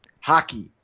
hockey